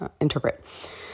interpret